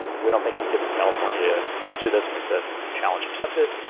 we don't think you kids in california can do this. and we said, challenge accepted.